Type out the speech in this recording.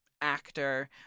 actor